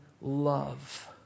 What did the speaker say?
love